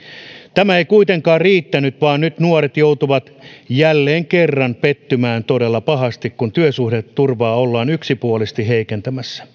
tämä ei kuitenkaan riittänyt vaan nyt nuoret joutuvat jälleen kerran pettymään todella pahasti kun työsuhdeturvaa ollaan yksipuolisesti heikentämässä